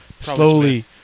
slowly